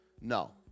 No